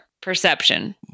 Perception